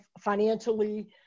financially